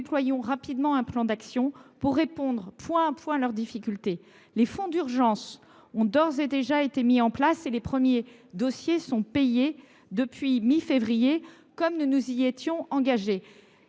déployons rapidement un plan d’action pour répondre point par point à leurs difficultés. Les fonds d’urgence ont d’ores et déjà été mis en place et les premiers paiements ont été effectués depuis mi février, comme nous nous y étions engagés.